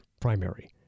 primary